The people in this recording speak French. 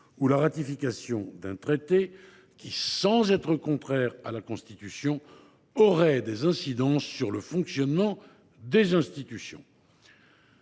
la ratification d’un traité qui, sans être contraire à la Constitution, aurait des incidences sur le fonctionnement des institutions